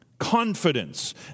confidence